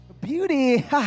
Beauty